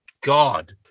God